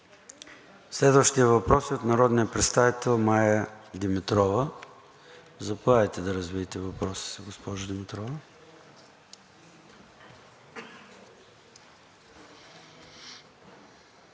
Следващият въпрос е от народния представител Мая Димитрова. Заповядайте да развиете въпроса си, госпожо Димитрова.